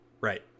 Right